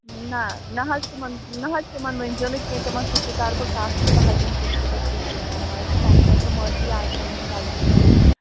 نہَ نہَ حظ تِمَن نہَ حظ تِمَن ؤنۍ زیٚو نہٕ کیٚنٛہہ تِمَن سۭتۍ تہِ کَرٕ بہٕ کَتھ تہٕ بہٕ حظ یِمہٕ فٔسٹہٕ پٮ۪ٹھ کیٚنٛہہ چھُنہٕ پَرواے تہٕ تَمہِ خٲطرٕ معٲفی اَز تام یِم غلطی گٔیے تہٕ